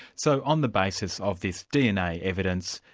so on the basis of this dna evidence,